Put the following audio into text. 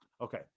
Okay